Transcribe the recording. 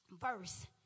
verse